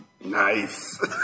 Nice